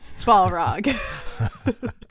Balrog